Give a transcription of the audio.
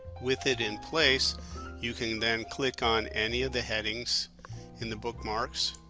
with it in place you can then click on any of the headings in the bookmarks